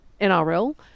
NRL